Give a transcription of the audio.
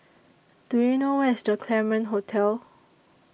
Do YOU know Where IS The Claremont Hotel